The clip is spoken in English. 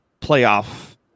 playoff